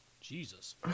Jesus